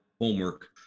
homework